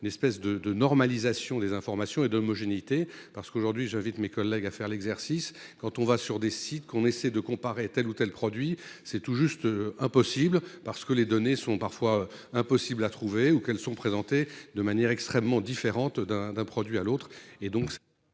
une espèce de de normalisation des informations et d'homogénéité, parce qu'aujourd'hui j'invite mes collègues à faire l'exercice. Quand on va sur des sites qu'on essaie de comparer tel ou tel produit. C'est tout juste impossible parce que les données sont parfois impossibles à trouver ou qu'elles sont présentées de manière extrêmement différente d'un d'un produit à l'autre